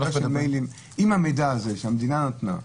אם המידע הזה, שהמדינה נתנה,